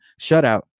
shutout